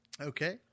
Okay